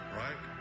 right